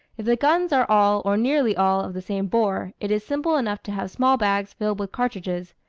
if the guns are all, or nearly all, of the same bore, it is simple enough to have small bags filled with cartridges,